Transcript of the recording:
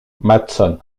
maston